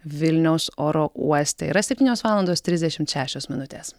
vilniaus oro uoste yra septynios valandos trisdešimt šešios minutės